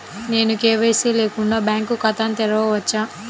నేను కే.వై.సి లేకుండా బ్యాంక్ ఖాతాను తెరవవచ్చా?